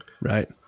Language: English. Right